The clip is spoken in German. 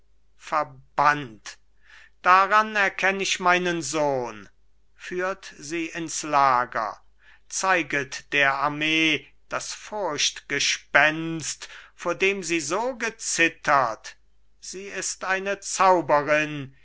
verbannt daran erkenn ich meinen sohn führt sie ins lager zeiget der armee das furchtgespenst vor dem sie so gezittert sie eine zauberin